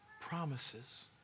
promises